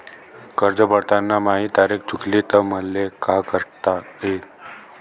कर्ज भरताना माही तारीख चुकली तर मले का करता येईन?